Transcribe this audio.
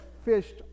fished